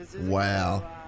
Wow